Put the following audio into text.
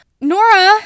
Nora